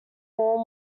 four